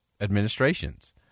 administrations